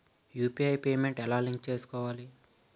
UPI payment ఎలా link చేసుకోవాలి?